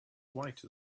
white